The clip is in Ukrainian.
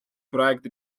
проект